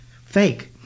Fake